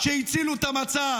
שהצילו את המצב,